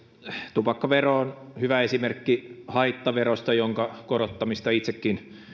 tupakkavero on hyvä esimerkki haittaverosta jonka korottamista itsekin